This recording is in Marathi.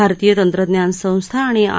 भारतीय तंत्रज्ञान संस्था आणि आय